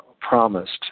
promised